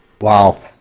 Wow